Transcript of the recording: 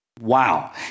Wow